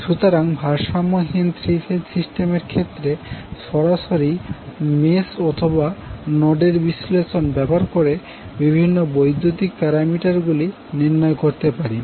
সুতরাং ভারসাম্যহীন three phase সিস্টেমের ক্ষেত্রে সরাসরি মেশ অথবা নোড এর বিশ্লেষণ ব্যবহার করে বিভিন্ন বৈদ্যুতিক প্যারামিটার গুলি নির্ণয় করতে পারি